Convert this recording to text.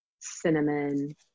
cinnamon